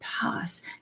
pass